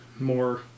more